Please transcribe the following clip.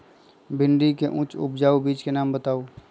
भिंडी के उच्च उपजाऊ बीज के नाम बताऊ?